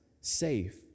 safe